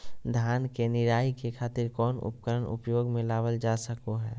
धान के निराई के खातिर कौन उपकरण उपयोग मे लावल जा सको हय?